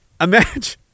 imagine